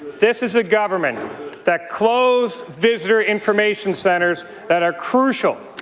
this is a government that closed visitor information centres that are crucial